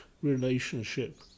Relationship